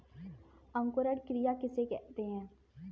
अंकुरण क्रिया किसे कहते हैं?